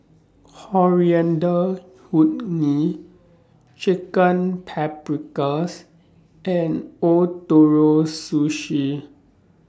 Coriander Chutney Chicken Paprikas and Ootoro Sushi